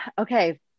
okay